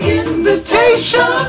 invitation